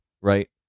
right